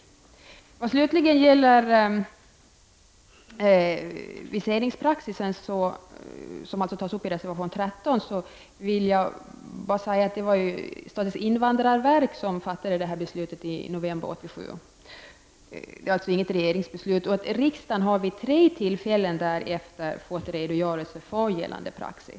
När det slutligen gäller viseringspraxis, som tas upp i reservation nr 13, vill jag säga att det var statens invandrarverk som fattade detta beslut i november 1987 — det rör sig alltså inte om något regeringsbeslut. Riksdagen har vid tre tillfällen därefter fått redogörelse för gällande praxis.